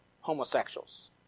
homosexuals